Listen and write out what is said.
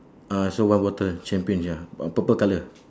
uh so what bottle champagne you have uh purple colour